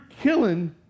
killing